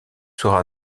sera